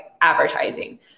advertising